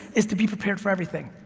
is to be prepared for everything.